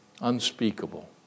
Unspeakable